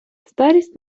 старість